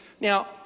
Now